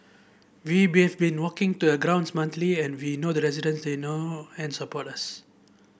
we been have been walking to a ground monthly and we know the resident they know and support us